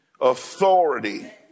Authority